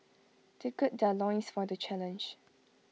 they gird their loins for the challenge